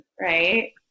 right